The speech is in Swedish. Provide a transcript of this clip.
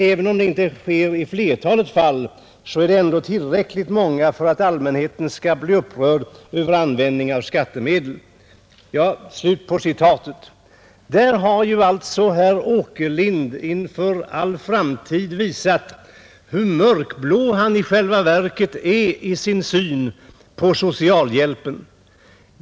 Även om det inte sker i flertalet fall så är det ändå tillräckligt många fall för att allmänheten skall bli upprörd över användningen av skattemedel.” Där har alltså herr Åkerlind inför all framtid visat hur mörkblå han i själva verket är i sin syn på socialhjälpen.